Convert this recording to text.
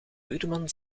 buurman